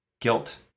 guilt